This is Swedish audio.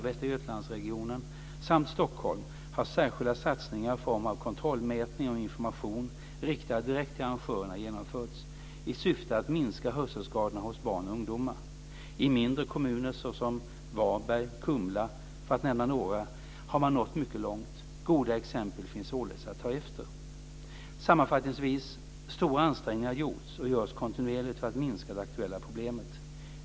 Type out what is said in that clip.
Västra Götalandsregionen samt Stockholm har särskilda satsningar i form av kontrollmätningar och information riktad direkt till arrangörerna genomförts, i syfte att minska hörselskadorna hos barn och ungdomar. I mindre kommuner som Varberg, Kumla, för att nämna några, har man nått mycket långt. Goda exempel finns således att ta efter. Sammanfattningsvis: Stora ansträngningar har gjorts och görs kontinuerligt för att minska det aktuella problemet.